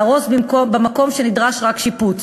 להרוס במקום שנדרש רק שיפוץ.